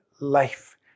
life